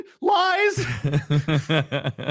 lies